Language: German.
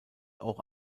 auch